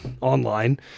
online